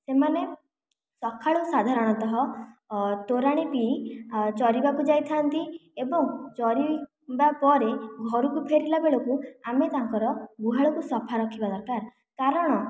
ସେମାନେ ସକାଳୁ ସାଧାରଣତଃ ତୋରାଣି ପିଇ ଚରିବାକୁ ଯାଇଥାନ୍ତି ଏବଂ ଚରିବା ପରେ ଘରକୁ ଫେରିଲା ବେଳକୁ ଆମେ ତାଙ୍କର ଗୁହାଳକୁ ସଫା ରଖିବା ଦରକାର କାରଣ